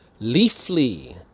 Leafly